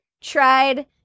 tried